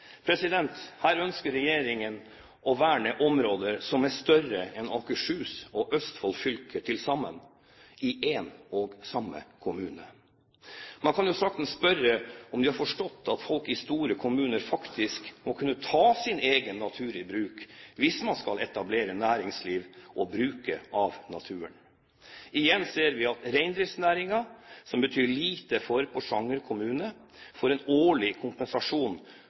Her ønsker regjeringen å verne områder som i én og samme kommune er større enn Akershus og Østfold fylker til sammen. Man kan jo saktens spørre om de har forstått at folk i store kommuner faktisk må kunne ta sin egen natur i bruk hvis man skal etablere næringsliv og bruke av naturen. Igjen ser vi at reindriftsnæringen, som betyr lite for Porsanger kommune, får en årlig kompensasjon